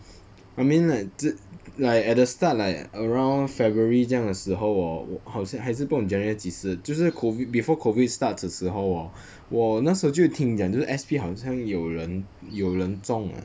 I mean like 之 like at the start like around february 这样的时候 hor 好像还是不懂 january 还是几时就是 COVID before COVID start 的时候 hor 我那时候就听讲就是 S_P 好像有人有人中了